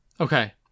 Okay